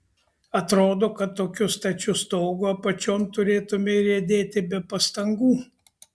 atrodo kad tokiu stačiu stogu apačion turėtumei riedėti be pastangų